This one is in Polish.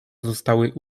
zostały